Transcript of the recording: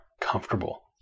comfortable